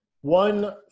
one